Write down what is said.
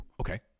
Okay